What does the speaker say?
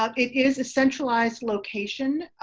ah it is a centralized location.